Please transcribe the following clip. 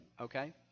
okay